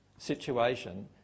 Situation